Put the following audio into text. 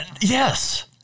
Yes